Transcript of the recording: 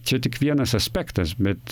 čia tik vienas aspektas bet